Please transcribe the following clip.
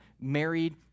married